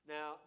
Now